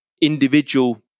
individual